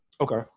Okay